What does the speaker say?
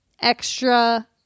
extra